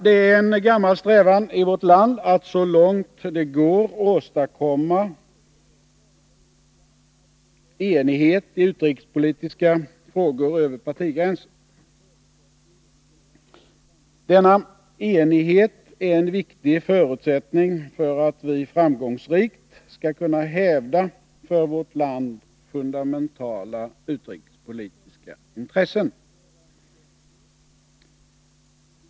Det är en gammal strävan i vårt land att så långt det går åstadkomma enighet över partigränserna i utrikespolitiska frågor. Denna enighet är en viktig förutsättning för att vi framgångsrikt skall kunna hävda för vårt land fundamentala utrikespolitiska intressen.